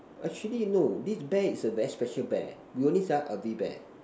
actually no this bear is a very special bear we only sell L_V bear